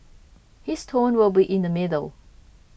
his tone will be in the middle